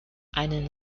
einen